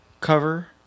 cover